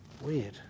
Weird